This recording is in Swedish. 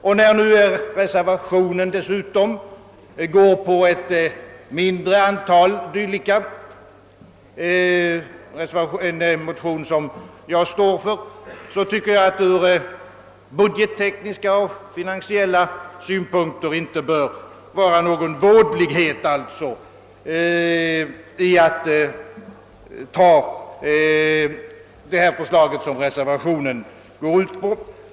Med hänsyn till att det i reservationen dessutom föreslås endast ett mindre antal dylika tjänster i enlighet med min motion tycker jag, att det från budgettekniska och finansiella synpunkter inte bör innebära någon våda att bifalla reservationen.